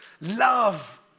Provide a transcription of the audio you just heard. love